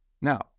now